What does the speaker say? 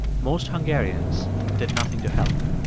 most hungarians did nothing to help.